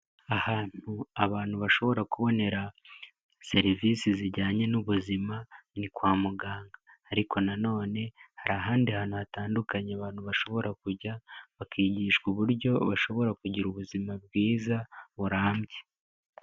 Ahantu abantu bashobora kubonera, serivisi zijyanye n'ubuzima ni kwa muganga. Ariko nanone hari ahandi hantu hatandukanye abantu bashobora kujya, bakigishwa uburyo bashobora kugira ubuzima bwiza, burambye.